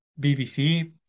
BBC